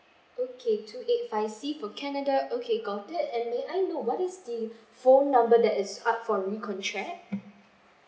okay two eight five C for canada okay got it and may I know what is the phone number that is up for re-contract